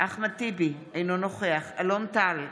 אחמד טיבי, אינו נוכח אלון טל,